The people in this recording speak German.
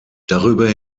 darüber